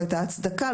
ואת הצדקה,